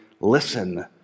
listen